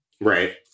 Right